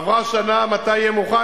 עברה שנה, מתי יהיה מוכן?